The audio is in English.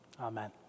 Amen